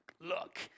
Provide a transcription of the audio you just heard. look